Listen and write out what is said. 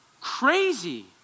Crazy